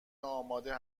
آماده